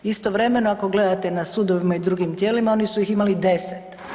Istovremeno, ako gledate na sudovima i drugim tijelima oni su ih imali 10.